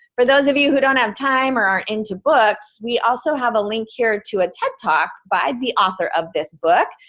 for those of you who don't have time or aren't into books, we also have a link here to a ted talk by the author of this book.